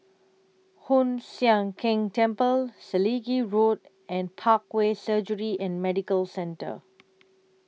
Hoon Sian Keng Temple Selegie Road and Parkway Surgery and Medical Centre